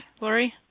Lori